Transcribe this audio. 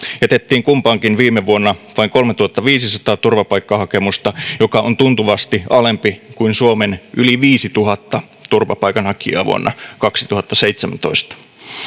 jätettiin kumpaankin viime vuonna vain kolmetuhattaviisisataa turvapaikkahakemusta joka on tuntuvasti alempi luku kuin suomen yli viisituhatta turvapaikanhakijaa vuonna kaksituhattaseitsemäntoista